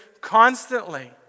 constantly